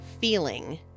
feeling